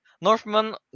Northman